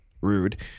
Rude